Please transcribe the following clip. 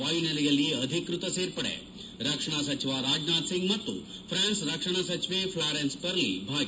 ವಾಯುನೆಲೆಯಲ್ಲಿ ಅಧಿಕೃತ ಸೇರ್ಪಡೆ ರಕ್ಷಣಾ ಸಚಿವ ರಾಜನಾಥ್ ಸಿಂಗ್ ಮತ್ತು ಫ್ರಾನ್ಸ್ ರಕ್ಷಣಾ ಸಚಿವೆ ಫ್ಲಾರೆನ್ಸ್ ಪರ್ಲಿ ಭಾಗಿ